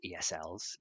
ESLs